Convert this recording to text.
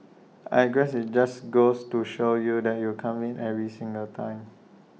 I guess IT just goes to show you that you can't win every single time